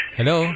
Hello